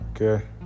Okay